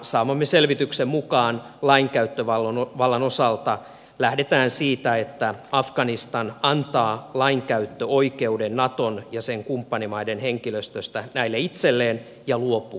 saamamme selvityksen mukaan lainkäyttövallan osalta lähdetään siitä että afganistan antaa lainkäyttöoikeuden naton ja sen kumppanimaiden henkilöstöstä näille itselleen ja luopuu omastaan